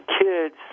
kids